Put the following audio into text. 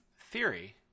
theory